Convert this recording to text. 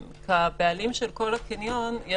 המקום.